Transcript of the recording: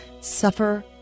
suffer